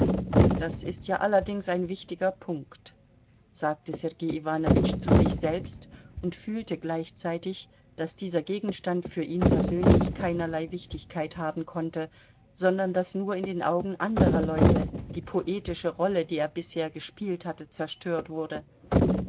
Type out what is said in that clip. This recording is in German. das ist ja allerdings ein wichtiger punkt sagte sergei iwanowitsch zu sich selbst und fühlte gleichzeitig daß die ser gegenstand für ihn persönlich keinerlei wichtigkeit haben konnte sondern daß nur in den augen anderer leute die poetische rolle die er bisher gespielt hatte zerstört wurde